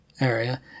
area